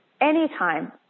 anytime